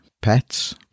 pets